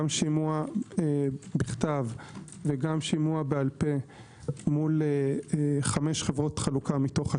גם שימוע בכתב וגם שימוע בעל פה מול חמש חברות חלוקה מתוך שש,